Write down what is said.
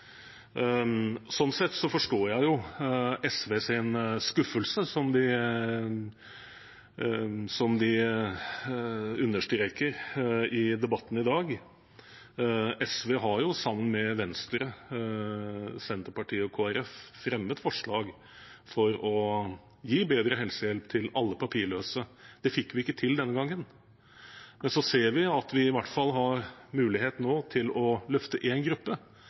Sånn sett forstår jeg SVs skuffelse, som de understreker i debatten i dag. SV har sammen med Venstre, Senterpartiet og Kristelig Folkeparti fremmet forslag om å gi bedre helsehjelp til alle de papirløse. Det fikk vi ikke til denne gangen. Så ser vi at vi i hvert fall har mulighet nå til å løfte én gruppe,